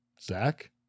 zach